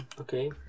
Okay